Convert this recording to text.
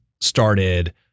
started